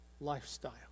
lifestyle